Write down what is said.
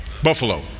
Buffalo